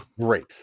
great